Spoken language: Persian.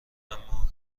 اما